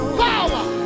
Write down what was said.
power